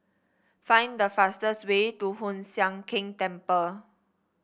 find the fastest way to Hoon Sian Keng Temple